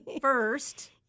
first